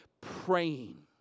praying